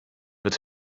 wird